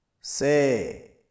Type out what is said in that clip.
Say